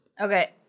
Okay